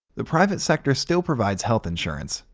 the private sector still provides health insurance,